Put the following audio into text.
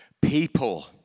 people